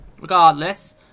regardless